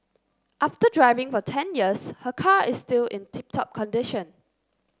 after driving for ten years her car is still in tip top condition